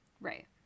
Right